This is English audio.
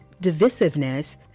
divisiveness